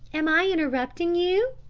am i interrupting you?